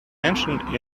mentioned